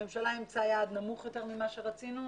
הממשלה אימצה יעד נמוך יותר ממה שרצינו.